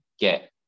get